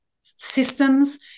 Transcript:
systems